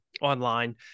online